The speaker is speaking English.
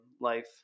life